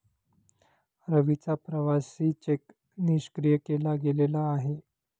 रवीचा प्रवासी चेक निष्क्रिय केला गेलेला आहे